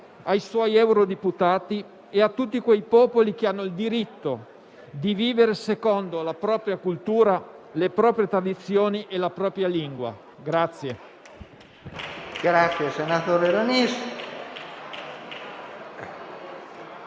ai suoi eurodeputati e a tutti quei popoli che hanno il diritto di vivere secondo la propria cultura, le proprie tradizioni e la propria lingua.